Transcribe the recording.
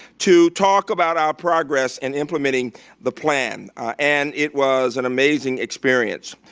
to talk about our progress in implementing the plan and it was an amazing experience.